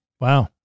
Wow